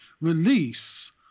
release